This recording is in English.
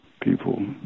People